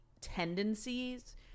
tendencies